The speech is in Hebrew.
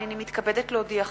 הנני מתכבדת להודיעכם,